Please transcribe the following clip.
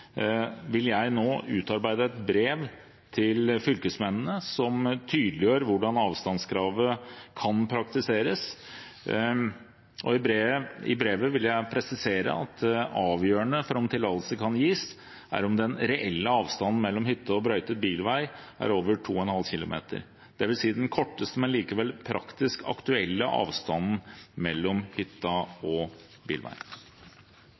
vil jeg nå utarbeide et brev til fylkesmennene, som tydeliggjør hvordan avstandskravet kan praktiseres. I brevet vil jeg presisere at det avgjørende for om tillatelse kan gis, er om den reelle avstanden mellom hytte og brøytet bilvei er over 2,5 km, dvs. den korteste, men likevel praktisk aktuelle avstanden mellom hytta